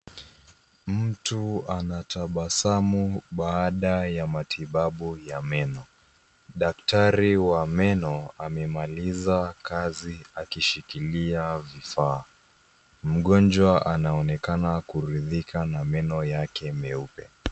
Mtu anatabasamu baada ya matibabu ya meno. Daktari wa meno amemaliza kazi akishikilia vifaa. Mgonjwa anaonekana kuridhika na meno yake meupe.